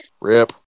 Rip